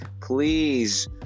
please